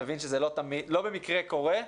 מבין שזה לא במקרה קורה.